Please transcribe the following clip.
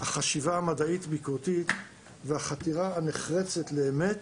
החשיבה המדעית ביקורתית והחתירה הנחרצת לאמת